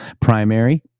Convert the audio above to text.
Primary